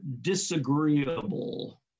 disagreeable